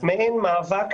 מעין מאבק,